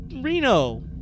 Reno